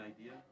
idea